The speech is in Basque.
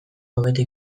hobeto